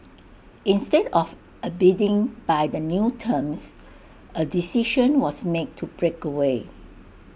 instead of abiding by the new terms A decision was made to break away